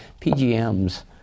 PGMs